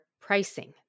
pricing